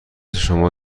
شما